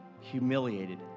humiliated